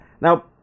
Now